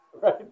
right